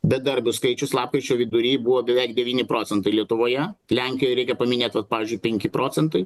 bedarbių skaičius lapkričio vidury buvo beveik devyni procentai lietuvoje lenkijoj reikia paminėt vat pavyzdžiui penki procentai